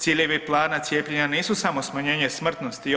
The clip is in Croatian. Ciljevi plana cijepljenja nisu samo smanjenje smrtnosti